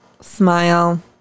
smile